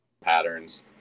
patterns